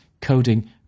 coding